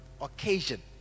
occasion